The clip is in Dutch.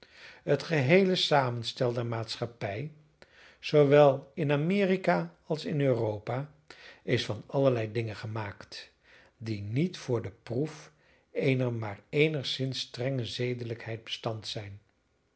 het geheele samenstel der maatschappij zoowel in amerika als in europa is van allerlei dingen gemaakt die niet voor de proef eener maar eenigszins strenge zedelijkheid bestand zijn